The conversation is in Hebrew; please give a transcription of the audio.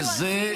נכון, לא בסדר.